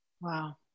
Wow